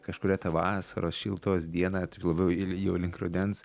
kažkurią tą vasaros šiltos dieną tokią labiau į jau link rudens